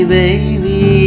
baby